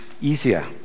easier